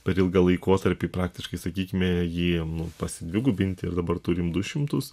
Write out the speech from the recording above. per ilgą laikotarpį praktiškai sakykime jį nu pasidvigubinti ir dabar turim du šimtus